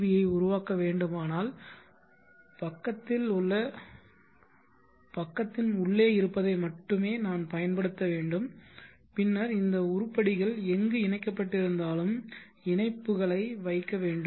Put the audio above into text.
பியை உருவாக்க வேண்டுமானால் பக்கத்தின் உள்ளே இருப்பதை மட்டுமே நான் பயன்படுத்த வேண்டும் பின்னர் இந்த உருப்படிகள் எங்கு இணைக்கப்பட்டிருந்தாலும் இணைப்புகளை வைக்க வேண்டும்